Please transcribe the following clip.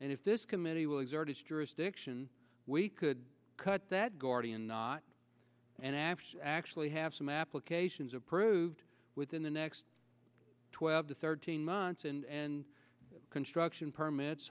and if this committee will exert its jurisdiction we could cut that gordian knot and after actually have some applications approved within the next twelve to thirteen months and construction permits